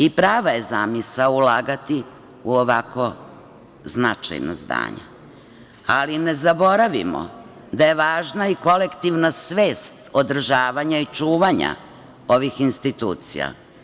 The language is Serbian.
I, prava je zamisao ulagati u ovako značajna zdanja, ali ne zaboravimo da je važna i kolektivna svest održavanja i čuvanja ovih institucija.